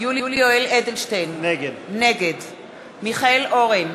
יולי יואל אדלשטיין, נגד מיכאל אורן,